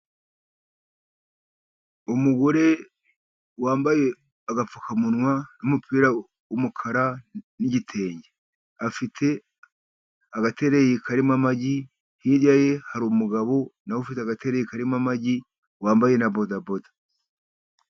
Umugore wambaye agapfukamunwa n'umupira w'umukara n'igitenge. Afite agatereyi karimo amagi. Hirya ye hari umugabo na we ufite agatereyi karimo amagi, wambaye na bodaboda.